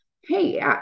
hey